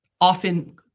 often